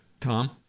Tom